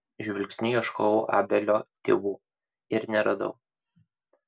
žvilgsniu ieškojau abelio tėvų ir neradau